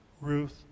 Ruth